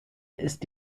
ist